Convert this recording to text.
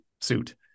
suit